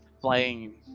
flying